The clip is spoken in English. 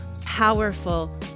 powerful